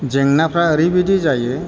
जेंनाफोरा ओरैबायदि जायो